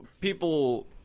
people